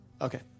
Okay